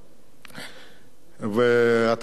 ואתם יודעים שגם בדרום,